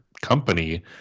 company